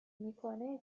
میکنه